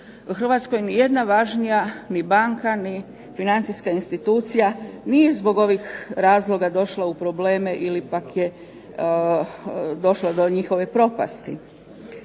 Hrvatskoj nijedna važnija ni banka ni financijska institucija nije zbog ovih razloga došla u probleme ili pak je došlo do njihove propasti.